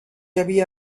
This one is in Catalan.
havia